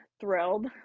thrilled